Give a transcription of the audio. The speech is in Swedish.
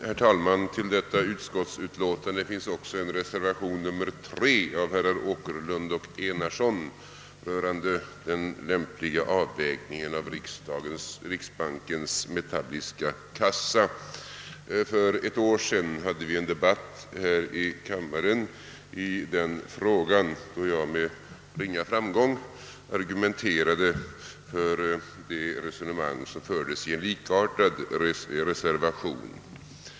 Herr talman! Till detta utskottsutlåtande finns också en reservation nr 3 av herrar Åkerlund och Enarsson rörande den lämpliga avvägningen av riksbankens metalliska kassa. För ett år sedan hade vi en debatt här i kammaren i den frågan, då jag med ringa framgång argumenterade för det resonemang som fördes i en likartad reservation.